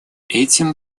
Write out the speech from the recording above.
этим